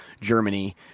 Germany